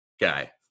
guy